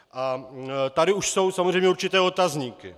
A tady už jsou samozřejmě určité otazníky.